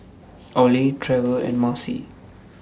Ollie Trever and Marcy